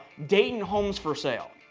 dayton homes for sale.